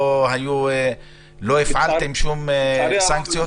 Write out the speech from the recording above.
לא הפעלתם שום סנקציות?